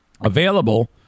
available